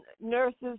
nurses